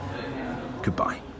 Goodbye